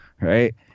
Right